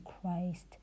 christ